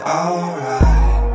alright